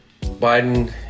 Biden